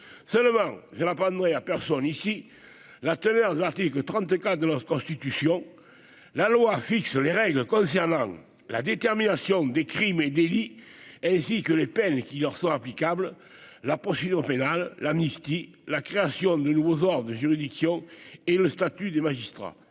seulement je n'a pas de moi à personne ici la teneur de l'article 34 de leur constitution la loi fixe les règles concernant la détermination des crimes et délits, ainsi que les peines qui leur sont applicables la procédure pénale : l'amnistie, la création de nouveaux ordres de juridiction et le statut des magistrats,